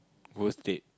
worst date